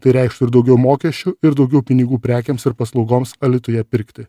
tai reikštų ir daugiau mokesčių ir daugiau pinigų prekėms ir paslaugoms alytuje pirkti